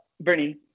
Bernie